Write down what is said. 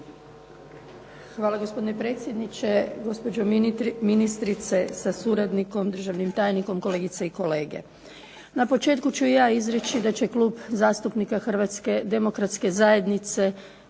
Hvala gospodine predsjedniče. Gospođo ministrice sa suradnikom državnim tajnikom, kolegice i kolege. Na početku ću ja izreći da će Klub zastupnika HDZ-a podržati donošenje